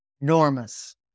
enormous